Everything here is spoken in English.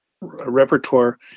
repertoire